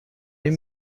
این